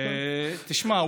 תשמע,